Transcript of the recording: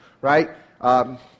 Right